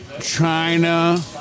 China